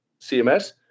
CMS